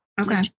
okay